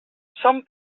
som